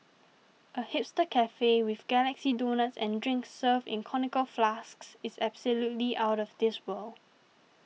a hipster cafe with galaxy donuts and drinks served in conical flasks it's absolutely outta this world